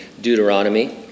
Deuteronomy